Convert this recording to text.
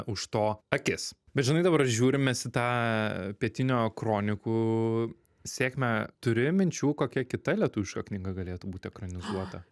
už to akis bet žinai dabar žiūrim mes į tą pietinio kronikų sėkmę turi minčių kokia kita lietuviška knyga galėtų būti ekranizuota